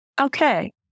okay